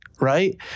right